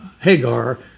Hagar